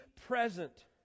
present